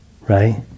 right